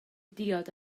diod